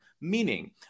Meaning